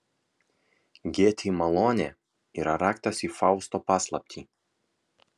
gėtei malonė yra raktas į fausto paslaptį